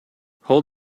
hold